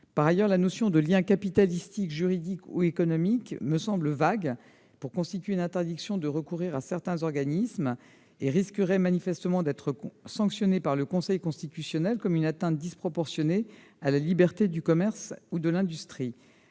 Par ailleurs, la notion de lien capitalistique, juridique ou économique me semble vague pour constituer une interdiction de recourir à certains organismes. En outre, cette disposition pourrait manifestement être sanctionnée par le Conseil constitutionnel comme une atteinte disproportionnée à la liberté du commerce ou de l'industrie.